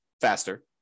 faster